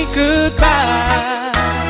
goodbye